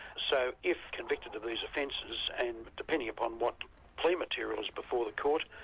so if convicted of these offences, and depending upon what plea material is before the court,